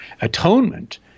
atonement